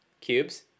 Cubes